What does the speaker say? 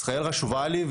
ישראל חשובה לי,